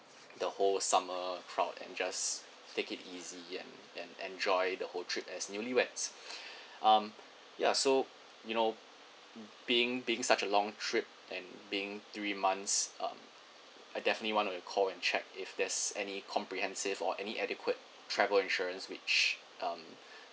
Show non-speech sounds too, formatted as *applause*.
the whole summer crowd and just take it easy and and enjoy the whole trip as newlyweds *breath* um ya so you know being being such a long trip and being three months um I definitely want to call and check if there's any comprehensive or any adequate travel insurance which um *breath*